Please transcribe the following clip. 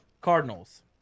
Cardinals